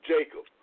Jacob